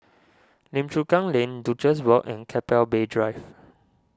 Lim Chu Kang Lane Duchess Walk and Keppel Bay Drive